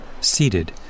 seated